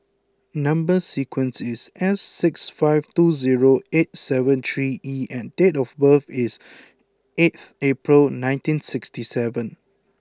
number sequence is S six five two zero eight seven three E and date of birth is eight April nineteen sixty seven